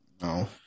No